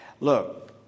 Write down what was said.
Look